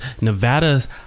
Nevada's